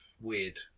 weird